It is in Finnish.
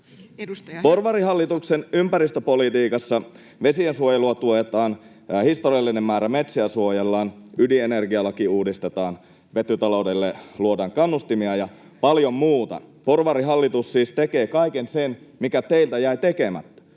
Porvarihallituksen ympäristöpolitiikassa vesiensuojelua tuetaan, historiallinen määrä metsiä suojellaan, ydinenergialaki uudistetaan, vetytaloudelle luodaan kannustimia ja paljon muuta. Porvarihallitus siis tekee kaiken sen, mikä teiltä jäi tekemättä.